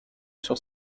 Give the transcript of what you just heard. sur